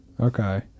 Okay